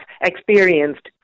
experienced